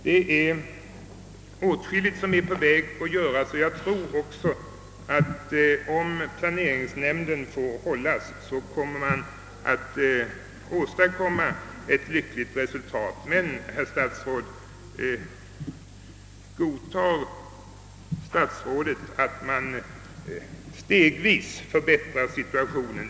Det är åtskilligt som håller på att ske och jag tror också att det, om planeringsnämnden får verka, kommer att bli ett lyckligt resultat. Men, herr statsråd, godtar statsrådet att man stegvis förbättrar situationen?